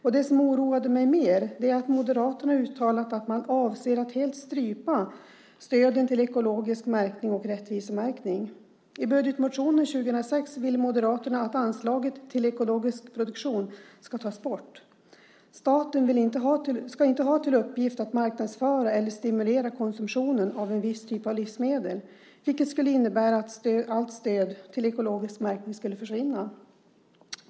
Det som också oroade mig var att Moderaterna har uttalat att man avser att helt strypa stöden till ekologisk märkning och rättvisemärkning. I budgetmotionen, 2006, vill Moderaterna att anslaget till ekologisk produktion ska tas bort. Staten ska inte ha till uppgift att marknadsföra eller stimulera konsumtionen av en viss typ av livsmedel, vilket skulle innebära att allt stöd till ekologisk märkning skulle försvinna.